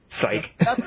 Psych